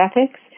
Ethics